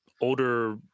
older